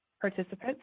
participants